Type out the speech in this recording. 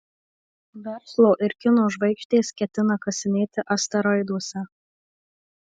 verslo ir kino žvaigždės ketina kasinėti asteroiduose